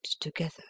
together